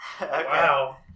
Wow